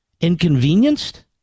Inconvenienced